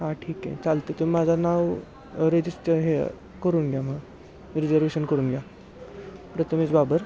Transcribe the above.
हां ठीक आहे चालतंय तुम्ही माझं नाव रेजिस्टर हे करून घ्या मग रिजर्वेशन करून घ्या प्रतमेश बाबर